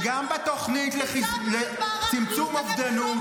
וגם בתוכנית לצמצום אובדנות.